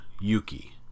Yuki